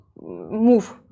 move